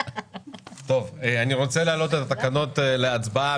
אני רוצה להעלות את התקנות להצבעה.